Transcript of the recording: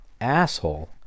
asshole